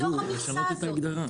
מתוך המכסה הזאת,